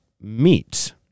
meat